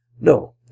No